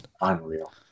Unreal